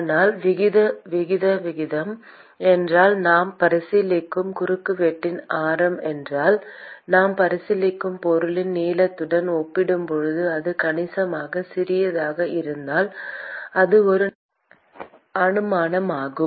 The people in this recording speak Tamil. ஆனால் விகித விகிதம் என்றால் நாம் பரிசீலிக்கும் குறுக்குவெட்டின் ஆரம் என்றால் நாம் பரிசீலிக்கும் பொருளின் நீளத்துடன் ஒப்பிடும்போது அது கணிசமாக சிறியதாக இருந்தால் அது ஒரு நியாயமான அனுமானமாகும்